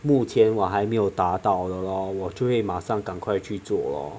目前我还没有达到的 lor 我就会马上赶快去做 lor